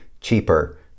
cheaper